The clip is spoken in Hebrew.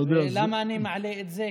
למה אני מעלה את זה?